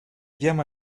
llama